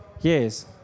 Yes